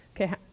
Okay